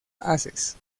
haces